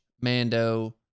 Mando